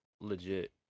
legit